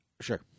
Sure